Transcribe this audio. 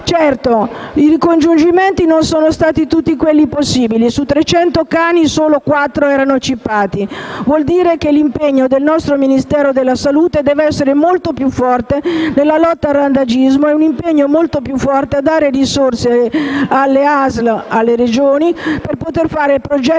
Certo, i ricongiungimenti non sono stati tutti quelli possibili: su 300 cani solo 4 erano dotati di *chip*. Vuol dire che l'impegno del nostro Ministero della salute deve essere molto più forte nella lotta al randagismo. Un impegno più forte significa dare risorse alle ASL e alle Regioni per poter fare progetti mirati